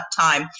time